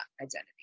identity